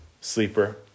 sleeper